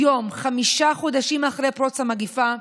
היום, חמישה חודשים אחרי פרוץ המגפה,